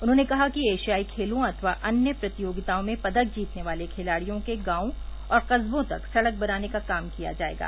उन्होंने कहा कि एशियाई खेलों अथवा अन्य प्रतियोगिताओं में पदक जीतने वाले खिलाड़ियों के गॉवों और कस्बों तक सड़क बनाने का काम किया जायेगा